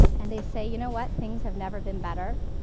and they say, you know what? things have never been better.